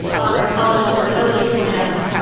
on their college affordability plans.